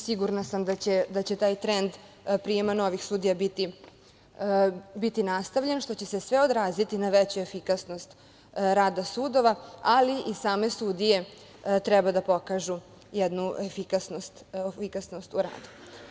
Sigurna sam da će taj trend prijema novih sudija biti nastavljen, što će se sve odraziti na veću efikasnost rada sudova, ali i same sudije treba da pokažu jednu efikasnost u radu.